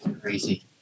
Crazy